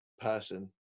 person